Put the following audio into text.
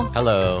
Hello